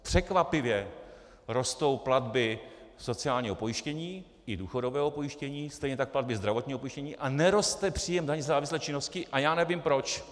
Překvapivě rostou platby sociálního pojištění i důchodového pojištění, stejně tak platby zdravotního pojištění, a neroste příjem daně ze závislé činnosti a já nevím proč.